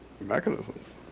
mechanisms